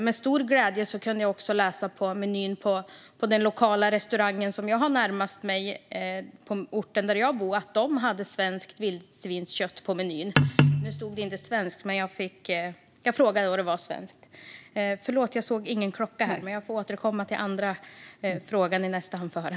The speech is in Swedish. Med stor glädje kunde jag se att den restaurang som jag har närmast mig på den ort där jag bor hade svenskt vildsvinskött på menyn. Nu stod det inte svenskt, men jag frågade - det var svenskt. Jag får återkomma till den andra frågan i nästa inlägg.